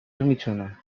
میتونه